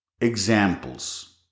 examples